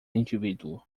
indivíduo